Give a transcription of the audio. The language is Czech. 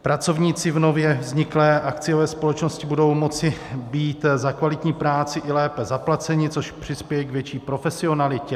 Pracovníci v nově vzniklé akciové společnosti budou moci být za kvalitní práci i lépe zaplaceni, což přispěje k větší profesionalitě.